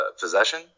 possession